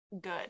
good